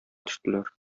төштеләр